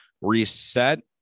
reset